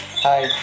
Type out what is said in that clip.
Hi